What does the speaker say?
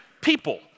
people